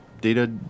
data